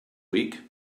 week